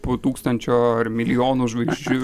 po tūkstančio ar milijonu žvaigždžių